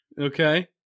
Okay